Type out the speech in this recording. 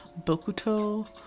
Bokuto